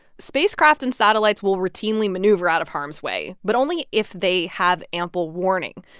spacecraft and satellites will routinely maneuver out of harm's way but only if they have ample warning.